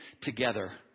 together